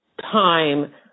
time